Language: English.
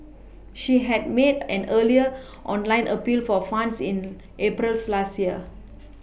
she had made an earlier online appeal for funds in April's last year